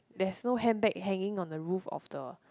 there's no handbag hanging on the roof of the